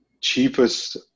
cheapest